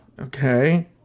Okay